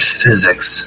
physics